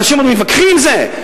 אנשים עוד מתווכחים עם זה?